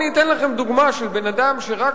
אני אתן לכם דוגמה של בן-אדם שרק